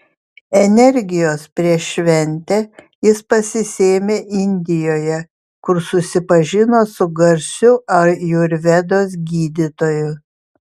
energijos prieš šventę jis pasisėmė indijoje kur susipažino su garsiu ajurvedos gydytoju